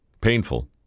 Painful